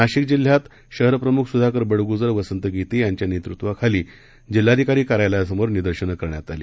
नाशिक जिल्ह्यात शहरप्रमुख सुधाकर बडगुजर वसंत गीते यांच्या नेतृत्वाखाली इंधन दरवाढी विरोधात जिल्हाधिकारी कार्यालयासमोर निदर्शनं करण्यात आलं